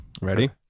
Ready